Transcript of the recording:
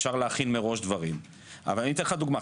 אפשר להכין מראש דברים ואני אתן לך דוגמה: